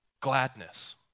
gladness